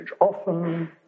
often